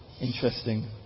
interesting